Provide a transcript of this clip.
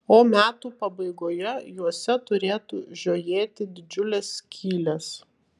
o metų pabaigoje juose turėtų žiojėti didžiulės skylės